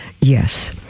Yes